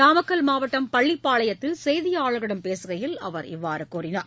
நாமக்கல் மாவட்டம் பள்ளிப்பாளையத்தில் செய்தியாளர்களிடம் பேசுகையில் அவர் இவ்வாறு கூறினார்